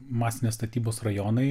masinės statybos rajonai